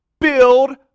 Build